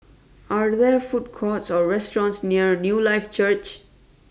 Are There Food Courts Or restaurants near Newlife Church